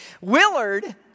Willard